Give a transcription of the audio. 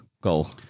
goal